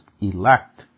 elect